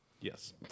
Yes